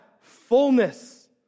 fullness